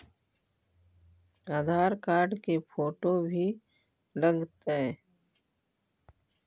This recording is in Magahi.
आधार कार्ड के फोटो भी लग तै?